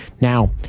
Now